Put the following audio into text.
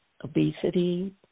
obesity